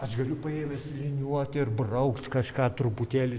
aš galiu paėmęs liniuotę ir braukt kažką truputėlį